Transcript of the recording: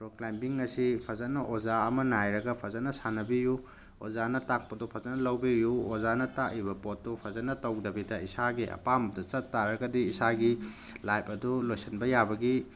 rock climbing ꯑꯁꯤ ꯐꯖꯅ ꯑꯣꯖꯥ ꯑꯃ ꯅꯥꯏꯔꯒ ꯐꯖꯅ ꯁꯥꯟꯅꯕꯤꯌꯨ ꯑꯣꯖꯥꯅ ꯇꯥꯛꯄꯗꯨ ꯐꯖꯅ ꯂꯧꯕꯤꯌꯨ ꯑꯣꯖꯥꯅ ꯇꯥꯛꯏꯕ ꯄꯣꯠꯇꯣ ꯐꯖꯅ ꯇꯧꯗꯕꯤꯗ ꯏꯁꯥꯒꯤ ꯑꯄꯥꯝꯕꯗ ꯆꯠꯄ ꯇꯥꯔꯒꯗꯤ ꯏꯁꯥꯒꯤ ꯂꯥꯏꯞ ꯑꯗꯨ ꯂꯣꯏꯁꯟꯕ ꯌꯥꯕꯒꯤ